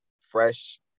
fresh